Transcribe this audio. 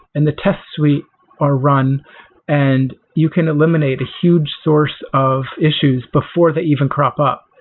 and the test suite or run and you can eliminate a huge source of issues before they even crop up.